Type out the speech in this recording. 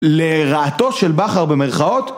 לרעתו של בכר במרכאות